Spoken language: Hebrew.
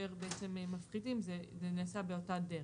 כאשר בעצם מפחיתים זה נעשה באותה דרך.